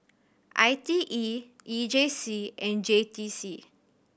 I T E E J C and J T C